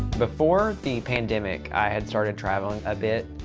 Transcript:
before the pandemic, i had started traveling a bit,